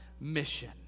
mission